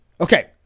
Okay